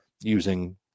using